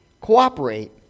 cooperate